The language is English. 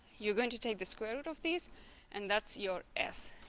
you're going to take the square root of these and that's your s.